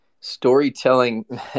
storytelling